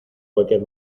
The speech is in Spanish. cualquier